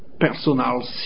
personal